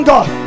God